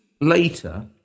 later